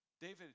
David